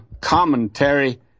commentary